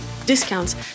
discounts